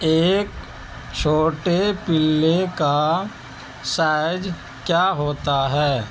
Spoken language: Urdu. ایک چھوٹے پلے کا سائز کیا ہوتا ہے